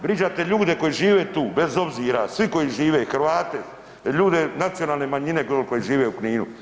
Vrijeđate ljude koji žive tu, bez obzira svi koji žive Hrvate, ljude nacionalne manjine koji žive u Kninu.